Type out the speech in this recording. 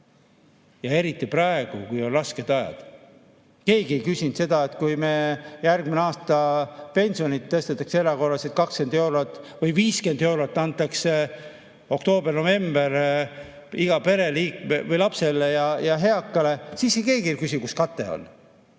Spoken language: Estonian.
eriti praegu, kui on rasked ajad. Keegi ei küsinud seda, et kui järgmisel aastal pensioni tõstetakse erakorraliselt 20 eurot või 50 eurot antakse oktoobris-novembris igale pereliikme või lapsele ja eakale, siis keegi ei küsi, kus kate on.